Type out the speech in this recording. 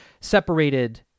separated